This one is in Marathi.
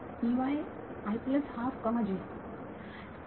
विद्यार्थी